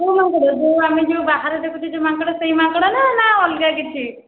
କେଉଁ ମାଙ୍କଡ଼ ଯେଉଁ ଆମେ ଯେଉଁ ବାହାରେ ଦେଖୁଛେ ସେଇ ମାଙ୍କଡ଼ ନା ଅଲଗା କିଛି